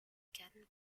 kahn